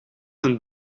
een